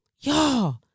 Y'all